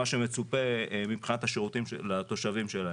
שמצופה מבחינת השירותים לתושבים שלהן.